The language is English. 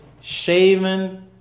shaven